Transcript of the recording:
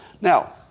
Now